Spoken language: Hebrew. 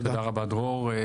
תודה רבה דרור.